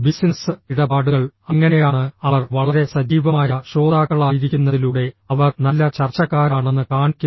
business ഇടപാടുകൾ അങ്ങനെയാണ് അവർ വളരെ സജീവമായ ശ്രോതാക്കളായിരിക്കുന്നതിലൂടെ അവർ നല്ല ചർച്ചക്കാരാണെന്ന് കാണിക്കുന്നത്